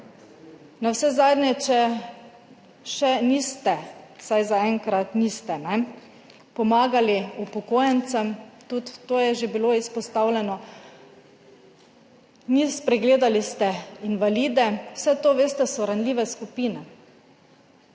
Navsezadnje če še niste, vsaj zaenkrat niste pomagali upokojencem, tudi to je že bilo izpostavljeno, spregledali ste invalide, vse to, veste, so ranljive skupine.